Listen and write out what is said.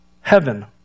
heaven